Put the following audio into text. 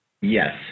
Yes